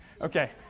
Okay